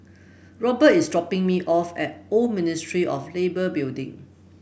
Robert is dropping me off at Old Ministry of Labour Building